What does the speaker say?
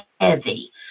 heavy